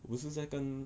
我是在跟